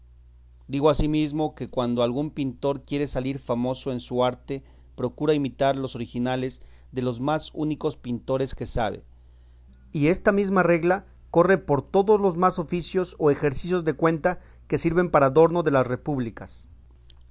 digo asimismo que cuando algún pintor quiere salir famoso en su arte procura imitar los originales de los más únicos pintores que sabe y esta mesma regla corre por todos los más oficios o ejercicios de cuenta que sirven para adorno de las repúblicas